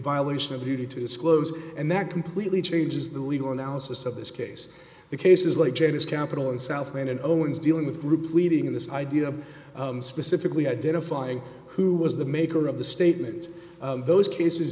violation of a duty to disclose and that completely changes the legal analysis of this case the cases like janus capital and southland and owens dealing with group leading in this idea specifically identifying who was the maker of the statements those cases